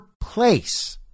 place